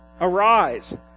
arise